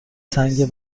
سنگ